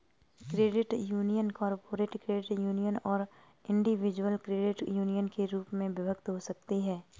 credit union corporate credit union और individual credit union के रूप में विभक्त हो सकती हैं